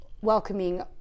welcoming